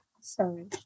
Sorry